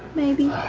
maybe.